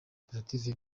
koperative